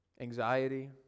anxiety